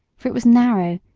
for it was narrow,